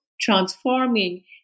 transforming